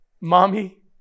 Mommy